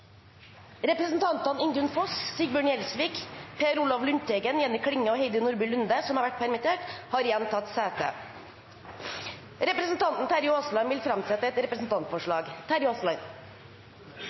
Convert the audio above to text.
Representantene Ingunn Foss, Sigbjørn Gjelsvik , Per Olaf Lundteigen , Jenny Klinge og Heidi Nordby Lunde , som har vært permittert, har igjen tatt sete. Representanten Terje Aasland vil framsette et